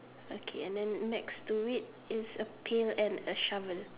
okay and then next to it is a pail and a shovel